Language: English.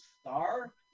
star